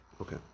Okay